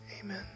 Amen